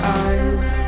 eyes